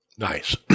Nice